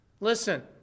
Listen